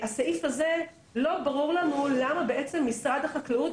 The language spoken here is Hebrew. לא ברור לנו למה משרד החקלאות,